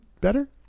better